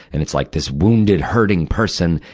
and it's like this wounded, hurting person.